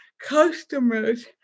customers